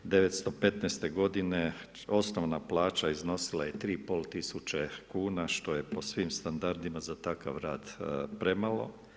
2015. godine osnovna plaća iznosila je 3,5 tisuće kuna što je po svim standardima za takav rad premalo.